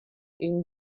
une